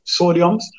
sodiums